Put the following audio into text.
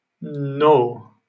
No